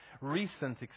recent